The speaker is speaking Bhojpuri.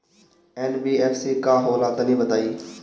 एन.बी.एफ.सी का होला तनि बताई?